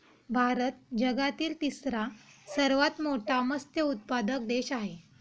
भारत जगातील तिसरा सर्वात मोठा मत्स्य उत्पादक देश आहे